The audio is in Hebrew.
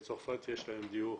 בצרפת יש להם דיור